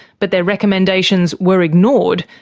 but their recommendations were ignored,